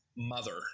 mother